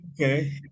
Okay